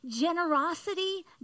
generosity